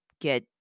get